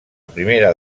primera